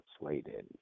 translated